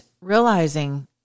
realizing